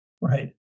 Right